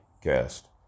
cast